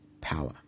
power